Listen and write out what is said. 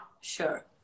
sure